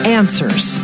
answers